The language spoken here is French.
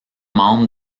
membre